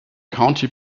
county